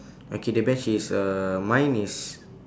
okay the bench is uh mine is